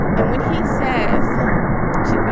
and when he says to, you